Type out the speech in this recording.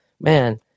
man